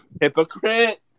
Hypocrite